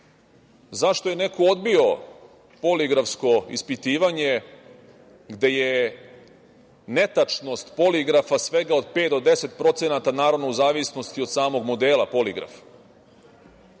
Zašto je neko odbio poligrafsko ispitivanje gde je netačnost poligrafa svega od 5% do 10% naravno u zavisnosti od samog modela poligrafa.